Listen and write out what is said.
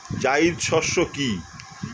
জায়িদ শস্য কি?